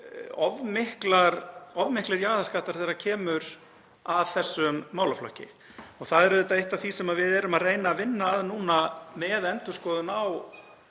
að það eru of miklir jaðarskattar þegar kemur að þessum málaflokki. Það er auðvitað eitt af því sem við erum að reyna að vinna að núna með endurskoðun á